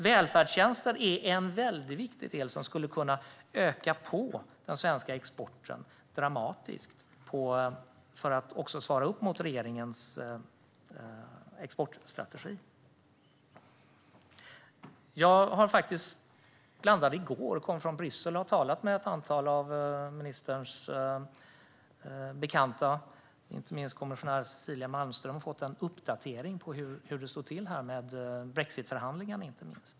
Välfärdstjänster är en väldigt viktig del som skulle kunna göra att den svenska exporten ökar dramatiskt för att också svara upp mot regeringens exportstrategi. Jag kom från Bryssel i går. Jag har talat med ett antal av ministerns bekanta, inte minst kommissionär Cecilia Malmström, och har fått en uppdatering om hur det står till med brexitförhandlingarna.